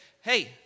hey